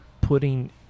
putting